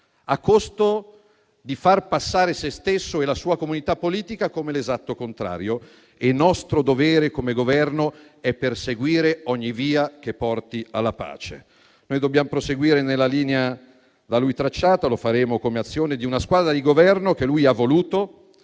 a costo di far passare se stesso e la sua comunità politica come l'esatto contrario. È nostro dovere, come Governo, perseguire ogni via che porti alla pace. Noi dobbiamo proseguire nella linea da lui tracciata, lo faremo come azione di una squadra di Governo che lui ha voluto,